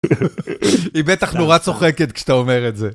היא בטח נורא צוחקת כשאתה אומר את זה.